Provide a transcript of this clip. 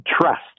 trust